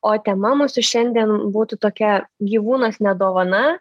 o tema mūsų šiandien būtų tokia gyvūnas ne dovana